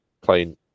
playing